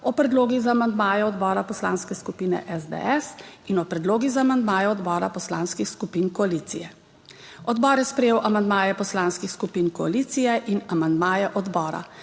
o predlogih za amandmaje odbora Poslanske skupine SDS in o predlogih za amandmaje odbora poslanskih skupin koalicije. Odbor je sprejel amandmaje poslanskih skupin koalicije in amandmaje odbora,